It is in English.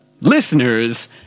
Listeners